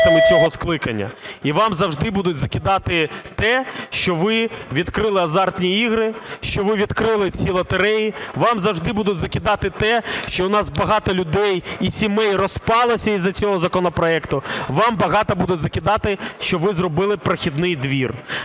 і вам завжди будуть закидати те, що ви відкрили азартні ігри, що ви відкрили ці лотереї. Вам завжди будуть закидати те, що у нас багато людей і сімей розпалося із-за цього законопроекту. Вам багато будуть закидати, що ви зробили прохідний двір.